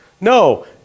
No